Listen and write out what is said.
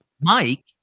Mike